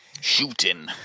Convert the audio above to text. Shooting